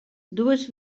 dues